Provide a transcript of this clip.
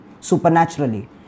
supernaturally